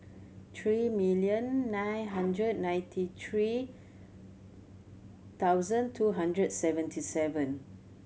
three million nine hundred ninety three thousand two hundred seventy seven